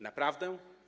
Naprawdę?